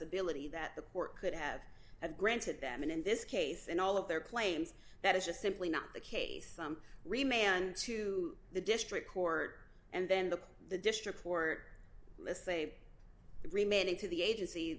ability that the court could have had granted them and in this case and all of their claims that is just simply not the case some remain on to the district court and then the the district court let's say remaining to the agency